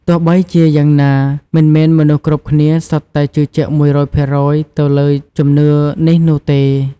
ទោះបីជាយ៉ាងណា មិនមែនមនុស្សគ្រប់គ្នាសុទ្ធតែជឿជាក់ ១០០ភាគរយទៅលើជំនឿនេះនោះទេ។